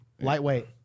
Lightweight